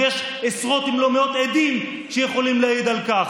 ויש עשרות אם לא מאות עדים שיכולים להעיד על כך.